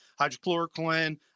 hydrochloroquine